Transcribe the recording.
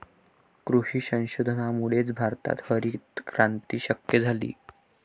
कृषी संशोधनामुळेच भारतात हरितक्रांती शक्य झाली